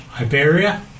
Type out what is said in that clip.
Iberia